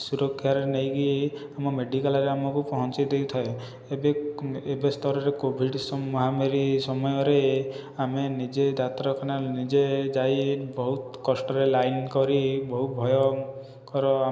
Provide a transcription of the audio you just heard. ସୁରକ୍ଷାରେ ନେଇକି ଆମ ମେଡ଼ିକାଲରେ ଆମକୁ ପହଞ୍ଚାଇ ଦେଇଥାଏ ଏବେ ଏବେ ସ୍ତରରେ କୋଭିଡ଼ ମହାମାରୀ ସମୟରେ ଆମେ ନିଜେ ଡାକ୍ତରଖାନା ନିଜେ ଯାଇ ବହୁତ କଷ୍ଟରେ ଲାଇନ କରି ବହୁ ଭୟଙ୍କର